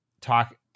talk